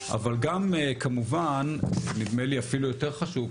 אבל גם כמובן נדמה לי אפילו יותר חשוב,